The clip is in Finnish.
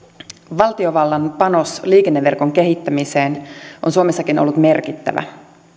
valtiovallan panos liikenneverkon kehittämiseen on suomessakin ollut merkittävä